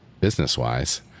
business-wise